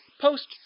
Post